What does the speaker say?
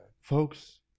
folks